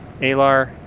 Alar